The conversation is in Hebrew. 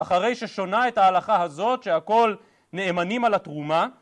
אחרי ששונה את ההלכה הזאת שהכול נאמנים על התרומה